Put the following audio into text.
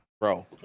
Bro